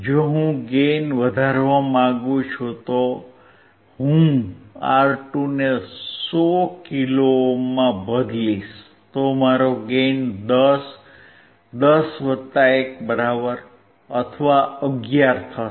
જો હું ગેઇન વધારવા માંગુ છું તો હું R2 ને 100 કિલો ઓહ્મમાં બદલીશ તો મારો ગેઇન 10 10 વત્તા 1 અથવા 11 હશે